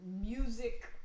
music